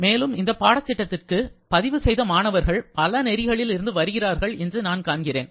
மேலும் இந்த பாடத் திட்டத்துக்கு பதிவு செய்த மாணவர்கள் பல நெறிகளில் இருந்து வருகிறார்கள் என்று நான் காண்கிறேன்